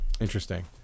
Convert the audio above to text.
Interesting